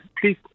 please